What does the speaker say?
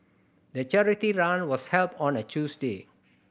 the charity run was held on a Tuesday